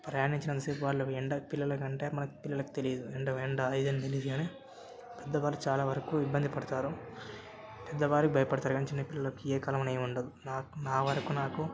ప్రయాణించినంత సేపు వాళ్ళ ఎండ పిల్లలకంటే మనకి పిల్లలకి తెలీదు ఎండ ఎండ ఇదని తెలియదు కానీ పెద్దవాళ్ళు చాలా వరకు ఇబ్బంది పడతారు పెద్దవారు భయపడతారు కానీ చిన్న పిల్లలకి ఏ కాలమని ఏముండదు నా నా వరకు నాకు